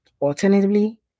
Alternatively